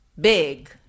big